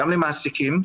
וגם למעסיקים,